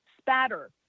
spatter